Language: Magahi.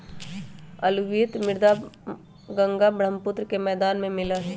अलूवियल मृदा गंगा बर्ह्म्पुत्र के मैदान में मिला हई